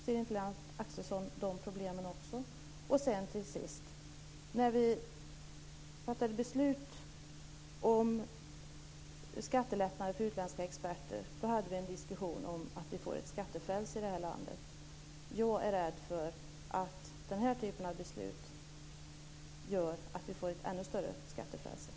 Ser inte Lennart Axelsson de problemen också? Till sist, när vi fattade beslut om skattelättnader för utländska experter hade vi en diskussion om att vi får ett skattefrälse i det här landet. Jag är rädd för att den här typen av beslut gör att vi får ett ännu större skattefrälse.